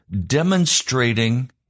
demonstrating